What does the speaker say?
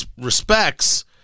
respects